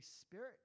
Spirit